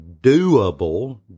doable